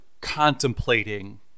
contemplating